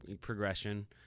progression